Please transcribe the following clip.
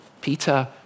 Peter